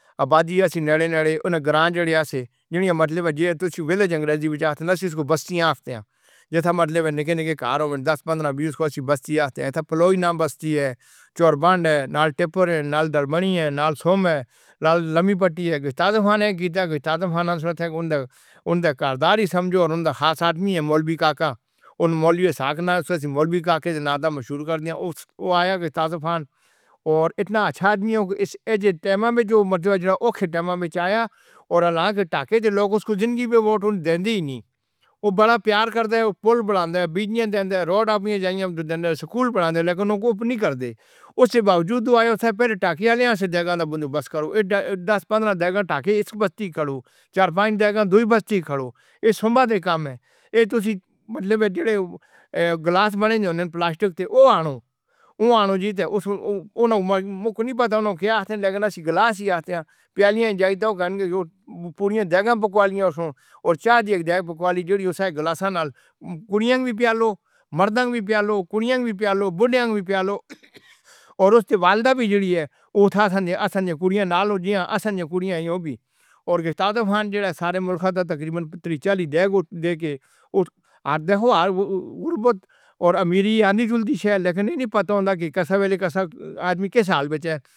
ابادی سے نزدیکی گاؤں جو بھی ہے، مطلب اگر آپ انگریزی میں چاہیں تو اس کے پاس جتنے بھی گھر ہوں گے، دس پندرہ، بیس کو بستیاں کہتے ہیں۔ جیسے چھوٹے چھوٹے گھروں میں دس پندرہ بیس کو بستی کہتے ہیں۔ ایک تو پھلّوئی ناں دی بستی اے، چورباند اے، اس دے بِاہوے ٹِپّر اے، اس دے بِاہوے دربݨی اے، اس دے بِاہوے سوم اے، اس دے بِاہوے لمبی پٹی اے۔ کشتہ طوفان نے سُݨا سی اُن دا کارکن ای ہو یا اُن دا خاص آدمی۔ مولوی کاکا، اُن مولویاں نال مولوی کاکے دے ناں توں مشہور سن۔ اوہ آئے سن کشتہ طوفان تے اِتنا چنگا آدمی سی کہ ایسے ویلے وچ جو مشکل ویلہ سی آیا سی۔ اللہ دے اوہ لوک اُس دی زندگی وچ ووٹ نئیں دیندے۔ اوہ بہوں پیار کردے نیں، اوہ پُل بݨاندے نیں، بیج دیندے نیں، سڑکاں بݨاندے نیں، سکول بݨاندے نیں، لیکن اُنہاں کوں کھولدے نئیں۔ اس دے باوجود اوہ آئے تے آکھیا کہ پہلے ساݙی جاہ توں بس کرو۔ دس پندرہ جاہ ٹاکے اِس بستی کوں، چار پنج جاہ دوئی بستی کھولو۔ ایہ سب تہاݙا کم اے۔ ایہ تہاݙے پِچھوں جو گلاس بݨے نیں، جو پلاسٹک دے نیں اُس کوں آنے دو۔ اوہ آنے دے لئی اُس دا کجھ نئیں پتہ۔ اُس نے کیہا کہ اساں گلاس ای لگاؤنگے۔ پیالی دی جاہ پوری جاہ پکوان تے چاہ دی جاہ پکوان وی لگاؤنگے۔ گلاساں دی جاہ کُڑیاں وی لگاؤ، مَرداں دی کُڑیاں وی لگاؤ، بُڈھے دی کُڑیاں وی لگاؤ تے اُس دے بچے دی وی۔ ساݙیاں دِھیاں لے لو، ساݙیاں دِھیاں ہو گئیاں تے قِسط دے بھگتان دے۔ سارے مُلک دا تقریباً تن ملین دا لیندے آندے نیں۔ غریبی تے امیری دوناں ہی چیزیں نیں۔ لیکن اساں نئیں جاندے کہ کس ویلے کس آدمی دی حالت کیہڑی اے۔